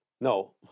No